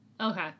Okay